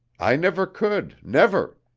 i never could, never.